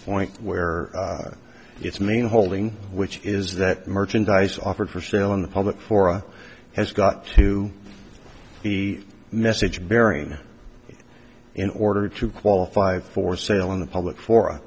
point where its main holding which is that merchandise offered for sale in the public fora has got to the message bearing that in order to qualify for sale in the public for